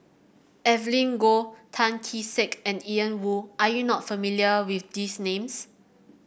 Evelyn Goh Tan Kee Sek and Ian Woo are you not familiar with these names